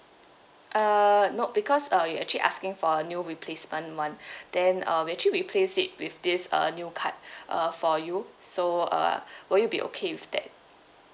uh no because uh you're actually asking for a new replacement one then uh we actually replace it with this uh new card uh for you so uh would you be okay with that